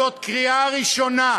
זאת קריאה ראשונה,